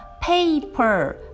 paper